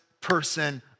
person